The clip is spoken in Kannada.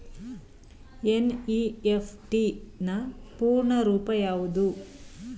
ಎನ್.ಇ.ಎಫ್.ಟಿ ನ ಪೂರ್ಣ ರೂಪ ಯಾವುದು?